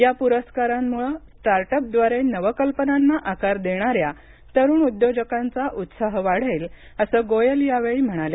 या प्रस्कारांम्ळे स्टार्ट अपद्वारे नवकल्पनांना आकार देणाऱ्या तरुण उद्योजकांचा उत्साह वाढेल असं गोयल यावेळी म्हणाले